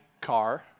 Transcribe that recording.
car